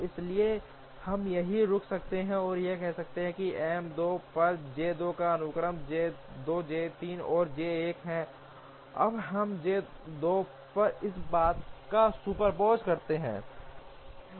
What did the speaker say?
इसलिए हम यहीं रुक सकते हैं और कह सकते हैं कि M 2 पर J 2 का अनुक्रम J 2 J 3 और J 1 है अब हम M 2 पर इस बात का सुपरमोज़ करते हैं